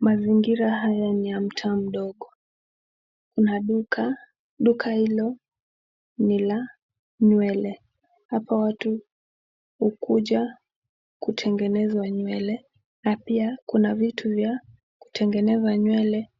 Mazingira haya ni ya mtaa mdogo. Kuna duka, Duka hilo ni la nywele. Hapa watu hukuja kutengenezwa nywele na pia kuna vitu vya kutengeneza nywele